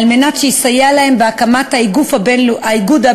על מנת שיסייע להם בהקמת האיגוד הבין-לאומי,